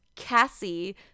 cassie